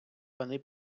пани